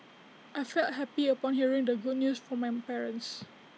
I felt happy upon hearing the good news from my parents